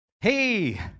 hey